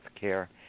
care